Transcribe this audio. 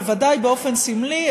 בוודאי באופן סמלי,